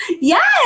Yes